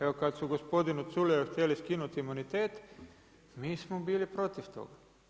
Evo kad su gospodinu Culeju htjeli skinuti imunitet, mi smo bili protiv toga.